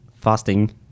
fasting